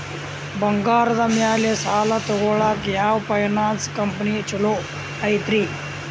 ಬಂಗಾರದ ಮ್ಯಾಲೆ ಸಾಲ ತಗೊಳಾಕ ಯಾವ್ ಫೈನಾನ್ಸ್ ಕಂಪನಿ ಛೊಲೊ ಐತ್ರಿ?